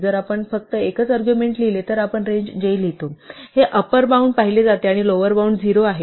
जर आपण फक्त एकच अर्ग्युमेण्ट लिहिले तर आपण रेंज j लिहितो हे अपर बॉउंड म्हणून पाहिले जाते आणि लोवर बॉउंड 0 आहे